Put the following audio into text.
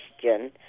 question